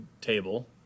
table